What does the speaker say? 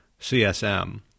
CSM